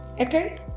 Okay